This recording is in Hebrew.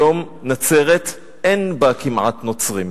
היום נצרת, אין בה כמעט נוצרים.